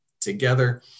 together